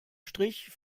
strich